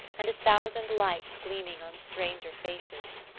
and a thousand lights gleaming on stranger faces.